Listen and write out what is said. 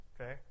okay